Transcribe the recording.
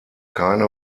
keine